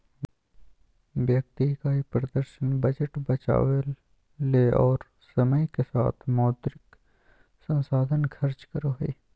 व्यक्ति इकाई प्रदर्शन बजट बचावय ले और समय के साथ मौद्रिक संसाधन खर्च करो हइ